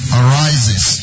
arises